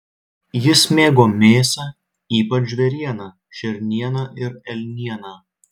jis mėgo mėsą ypač žvėrieną šernieną ir elnieną